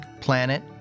Planet